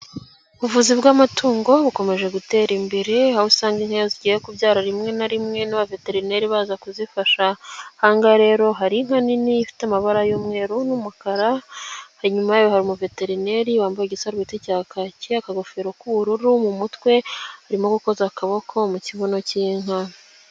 Ubuvuzi bw'amatungo bukomeje gutera imbere, aho usanga inka zigiye kubyara rimwe na rimwe n'abaveterineri baza kuzifasha. Ahanga rero hari inka nini ifite amabara y'umweru n'umukara, hanyuma inyuma yayo hari umu veterineri wambaye igisarurweti cya kake, akagofero k'ubururu mu mutwe, arimo gukoza akaboko mu kibuno cy'inka.